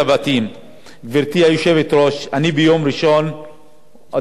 גברתי היושבת-ראש, אדוני היושב-ראש, בדיוק.